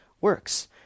works